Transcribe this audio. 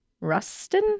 Rustin